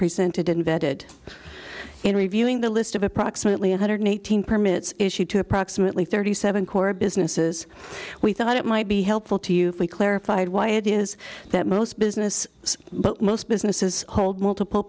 presented invented in reviewing the list of approximately one hundred eighteen permits issued to approximately thirty seven core businesses we thought it might be helpful to you if we clarified why it is that most business but most businesses hold multiple